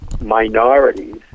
minorities